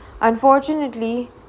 Unfortunately